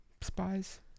spies